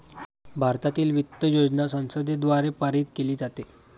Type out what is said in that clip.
भारतातील वित्त योजना संसदेद्वारे पारित केली जाते